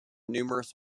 numerous